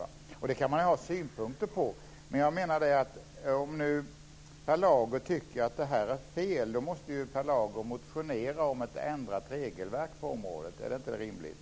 Detta kan man ha synpunkter på. Om nu Per Lager tycker att detta är fel måste Per Lager motionera om ett ändrat regelverk på området. Är inte det rimligt?